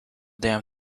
damn